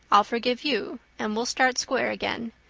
i'll forgive you and we'll start square again.